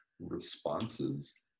responses